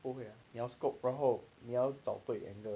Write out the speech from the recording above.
不会 ah 你要 scope 然后你要找对 angle